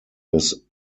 his